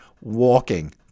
walking